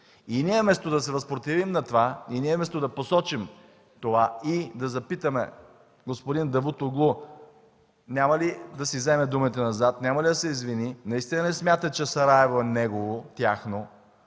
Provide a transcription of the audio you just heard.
И ние, вместо да се възпротивим на това, вместо да посочим това и да запитаме господин Давутоглу, няма ли да си вземе думите назад, няма ли да се извини, наистина ли смята, че Сараево е негово или тяхно,